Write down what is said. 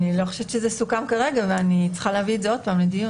אני לא חושבת שזה סוכם כרגע ואני צריכה להביא את זה שוב לדיון.